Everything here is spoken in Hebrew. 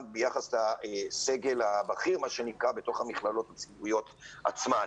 ביחס לסגל הבכיר בתוך המכללות הציבוריות עצמן.